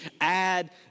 add